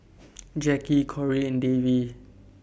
Jacki Cori and Davie